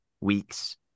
weeks